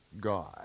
God